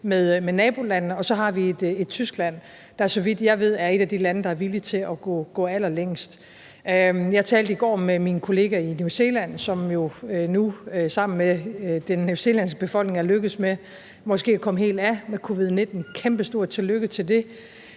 med nabolandene, og så har vi et Tyskland, der, så vidt jeg ved, er et af de lande, der er villige til at gå allerlængst. Jeg talte i går med min kollega i New Zealand, som jo nu sammen med den new zealandske befolkning er lykkedes med måske at komme helt af med covid-19 – og et kæmpe stort tillykke med det